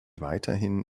weiterhin